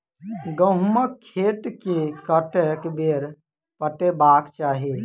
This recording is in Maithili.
गहुंमक खेत केँ कतेक बेर पटेबाक चाहि?